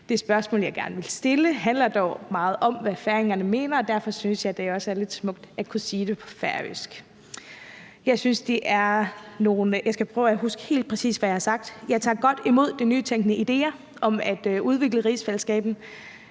Det spørgsmål, jeg gerne vil stille, handler dog meget om, hvad færingerne mener, og derfor synes jeg også, det er lidt smukt at kunne sige det på færøsk. Jeg skal prøve at huske helt præcis, hvad jeg har sagt. Jeg tager godt imod de nye idéer om at udvikle rigsfællesskabet.